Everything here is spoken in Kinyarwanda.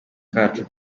kacu